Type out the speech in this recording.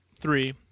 three